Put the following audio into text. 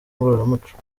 ngororamuco